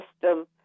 system